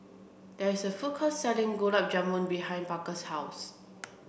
there is a food court selling Gulab Jamun behind Parker's house